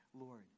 Lord